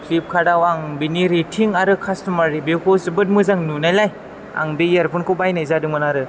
फ्लिपकार्डआव आं बेनि रेथिं आरो कास्ट'मार रिभिउखौ जोबोत मोजां नुनायलाय आं बे इयारफनखौ बायनाय जादोंमोन आरो